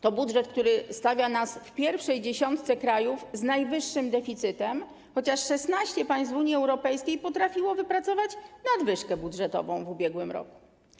To budżet, który stawia nas w pierwszej dziesiątce krajów z najwyższym deficytem, chociaż 16 państw w Unii Europejskiej potrafiło wypracować nadwyżkę budżetową w ubiegłym roku.